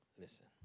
Listen